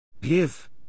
Give